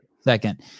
Second